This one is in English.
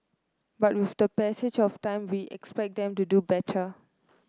but with the passage of time we expect them to do better